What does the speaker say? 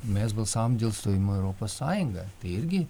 mes balsavom dėl stojimo į europos sąjungą tai irgi